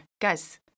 Guys